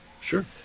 Sure